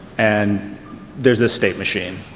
and there's a state machine.